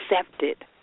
accepted